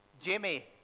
Jimmy